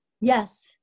yes